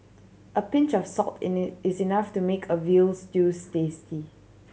a pinch of salt is enough to make a veal stews tasty